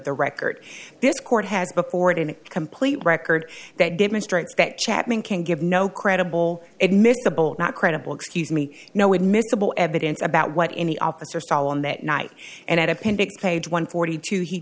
the record this court has before it in a complete record that demonstrates that chapman can give no credible admissible not credible excuse me no admissible evidence about what any officer saw on that night and at appendix page one forty two he